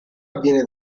avviene